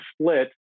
split